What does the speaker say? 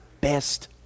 best